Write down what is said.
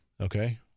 Okay